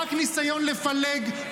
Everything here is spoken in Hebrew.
רק ניסיון לפלג,